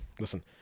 Listen